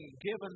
given